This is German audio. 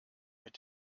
mit